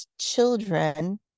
children